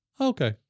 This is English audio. okay